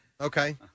Okay